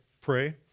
pray